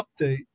update